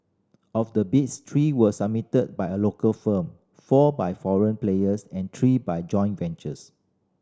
of the bids three were submitted by a local firm four by foreign players and three by joint ventures